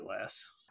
less